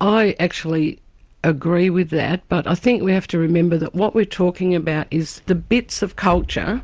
i actually agree with that, but i think we have to remember that what we're talking about is the bits of culture